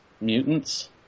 mutants